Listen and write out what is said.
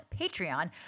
Patreon